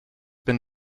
been